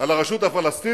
על הרשות הפלסטינית,